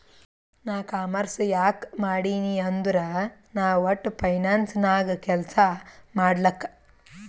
ನಾ ಕಾಮರ್ಸ್ ಯಾಕ್ ಮಾಡಿನೀ ಅಂದುರ್ ನಾ ವಟ್ಟ ಫೈನಾನ್ಸ್ ನಾಗ್ ಕೆಲ್ಸಾ ಮಾಡ್ಲಕ್